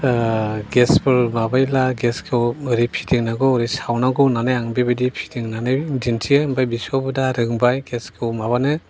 गेसफोर माबायोब्ला गेसखौ ओरै फिदिंनांगौ ओरै सावनांगौ होन्नानै आं बेबायदि फिदिंनानै दिन्थियो ओमफ्राय बिसौआबो दा रोंबाय गेसखौ माबानो